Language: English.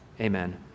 Amen